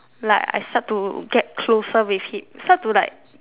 like I start to get closer with him start to like